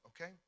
okay